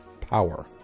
power